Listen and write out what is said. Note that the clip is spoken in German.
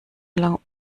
lang